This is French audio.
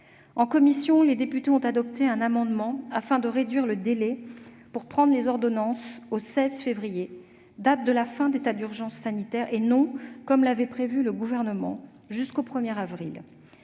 En commission, les députés ont adopté un amendement tendant à réduire le délai pour prendre les ordonnances au 16 février, date de la fin d'état d'urgence sanitaire et non pas, comme l'avait prévu le Gouvernement, au 1 avril,